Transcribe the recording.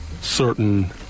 certain